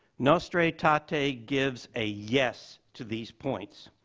nostra aetate ah aetate gives a yes to these points.